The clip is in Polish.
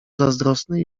zazdrosny